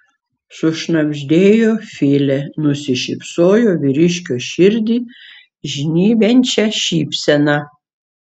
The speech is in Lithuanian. sušnabždėjo filė nusišypsojo vyriškio širdį žnybiančia šypsena